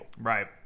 Right